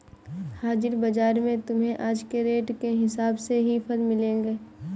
हाजिर बाजार में तुम्हें आज के रेट के हिसाब से ही फल मिलेंगे